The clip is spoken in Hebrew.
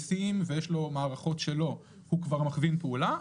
מהנדסים ומערכות שלו, לכן הוא מכווין פעולה.